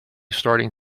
starting